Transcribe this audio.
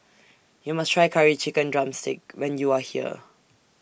YOU must Try Curry Chicken Drumstick when YOU Are here